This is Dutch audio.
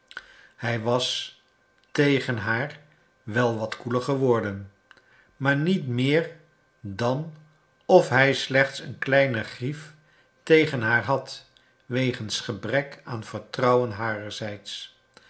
hij was tegen haar wel wat koeler geworden maar niet meer dan of hij slechts een kleine grief tegen haar had wegens gebrek aan vertrouwen harerzijds